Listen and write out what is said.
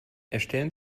erstellen